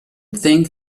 think